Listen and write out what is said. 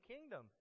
kingdom